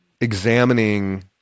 examining